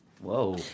Whoa